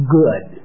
good